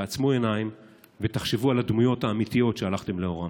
תעצמו עיניים ותחשבו על הדמויות האמיתיות שהלכתם לאורן.